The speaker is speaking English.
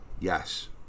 Yes